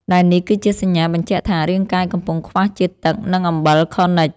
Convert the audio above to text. ដែលនេះគឺជាសញ្ញាបញ្ជាក់ថា រាងកាយកំពុងខ្វះជាតិទឹក និងអំបិលខនិជ។